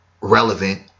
relevant